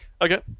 okay